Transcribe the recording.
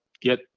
get